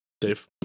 Dave